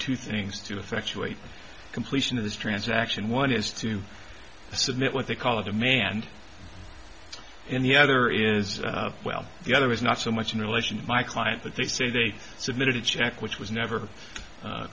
two things to effectuate completion of this transaction one is to submit what they call a demand and the other is well the other is not so much in relation to my client but they say they submitted a check which was never